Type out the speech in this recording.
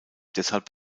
deshalb